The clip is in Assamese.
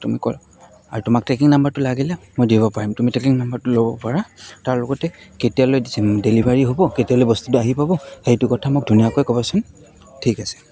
তুমি ক আৰু তোমাক ট্ৰেকিং নম্বৰটো লাগিলে মই দিব পাৰিম তুমি ট্ৰেকিং নম্বৰটো ল'ব পাৰা তাৰ লগতে কেতিয়ালৈ ডেলিভাৰী হ'ব কেতিয়ালৈ বস্তুটো আহি পাব সেইটো কথা মোক ধুনীয়াকৈ ক'বাচোন ঠিক আছে